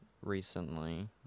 recently